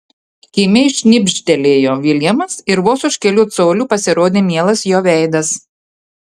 kimiai šnibžtelėjo viljamas ir vos už kelių colių pasirodė mielas jo veidas